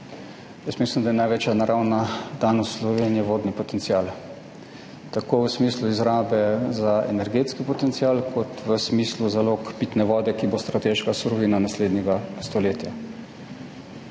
Jaz mislim, da je največja naravna danost Slovenije vodni potencial, tako v smislu izrabe za energetski potencial kot v smislu zalog pitne vode, ki bo strateška surovina naslednjega stoletja,